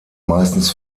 meistens